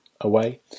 away